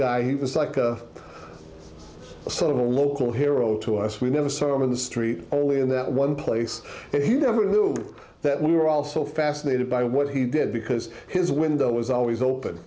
guy he was like a sort of a local hero to us we never saw him in the street only in that one place and he never knew that we were also fascinated by what he did because his window was always open